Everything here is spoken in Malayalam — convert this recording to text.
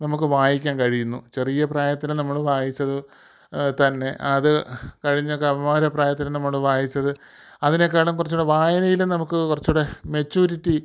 നമുക്ക് വായിക്കാൻ കഴിയുന്നു ചെറിയ പ്രായത്തിൽ നമ്മൾ വായിച്ചത് തന്നെ അത് കഴിഞ്ഞ് കൗമാര പ്രായത്തിലും നമ്മൾ വായിച്ചത് അതിനേക്കാളും കുറച്ചുകൂടെ വായനയിലും നമുക്ക് കുറച്ചുകൂടെ മെച്യൂരിറ്റി